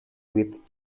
with